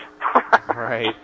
Right